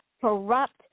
Corrupt